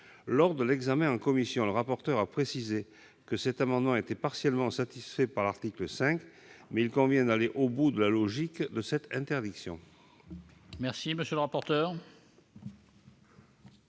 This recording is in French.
Lors de l'examen en commission, le rapporteur a précisé que cet amendement était partiellement satisfait par l'article 5. Mais il convient d'aller au bout de la logique de cette interdiction.